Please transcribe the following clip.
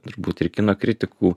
turbūt ir kino kritikų